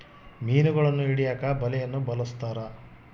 ಮೀನುಗಳನ್ನು ಹಿಡಿಯಕ ಬಲೆಯನ್ನು ಬಲಸ್ಥರ